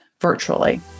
virtually